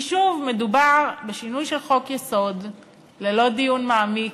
כי שוב מדובר בשינוי של חוק-יסוד ללא דיון מעמיק,